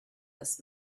this